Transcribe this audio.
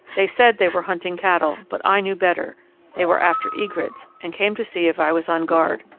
they said they were hunting cattle, but i knew better they were after egrets and came to see if i was on guard.